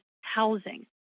housing